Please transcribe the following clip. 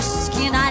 skin